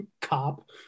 cop